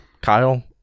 Kyle